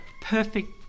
perfect